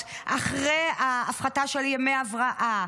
אחרי ההעלאות, אחרי ההפחתה של ימי הבראה,